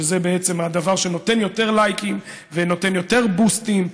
שזה בעצם הדבר שנותן יותר לייקים ונותן יותר בוסטים,